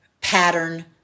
Pattern